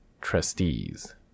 trustees